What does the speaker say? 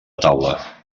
taula